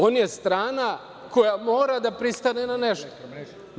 On je strana koja mora da pristane na nešto, ili EMS.